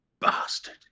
bastard